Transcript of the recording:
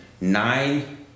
nine